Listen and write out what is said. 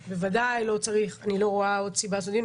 בוודאי שאני לא רואה סיבה לעשות עוד דיון.